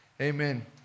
Amen